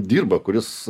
dirba kuris